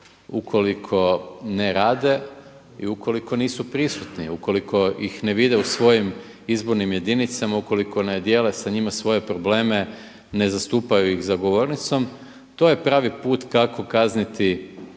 ukoliko ne rade i ukoliko nisu prisutni, ukoliko ih ne vide u svojim izbornim jedinicama, ukoliko ne dijele sa njima svoje probleme, ne zastupaju ih za govornicom, to je pravi put kako kazniti zastupnika